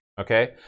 okay